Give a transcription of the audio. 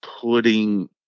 putting